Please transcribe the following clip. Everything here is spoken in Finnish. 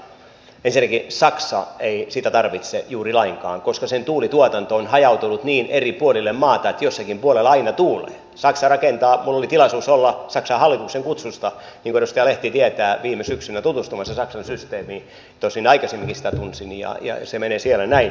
ensinnäkään saksa ei sitä tarvitse juuri lainkaan koska sen tuulituotanto on hajautunut niin eri puolille maata että jossakin puolella aina tuulee minulla oli tilaisuus olla saksan hallituksen kutsusta niin kuin edustaja lehti tietää viime syksynä tutustumassa saksan systeemiin tosin aikaisemminkin sitä tunsin ja se menee siellä niin